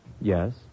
Yes